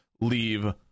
leave